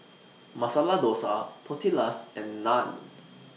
Masala Dosa Tortillas and Naan